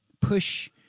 push